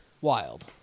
Wild